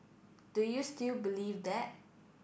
do you still believe that